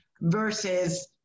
versus